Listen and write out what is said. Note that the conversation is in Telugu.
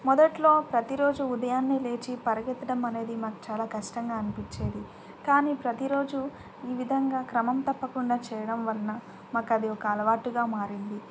మొదట్లో ప్రతిరోజు ఉదయాన్నే లేచి పరిగెత్తడం అనేది మాకు చాలా కష్టంగా అనిపించేది కానీ ప్రతిరోజు ఈ విధంగా క్రమం తప్పకుండా చేయడం వలన మాకు అది ఒక అలవాటుగా మారింది